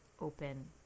open